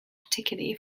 particularly